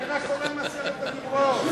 אני רק קורא מעשרת הדיברות.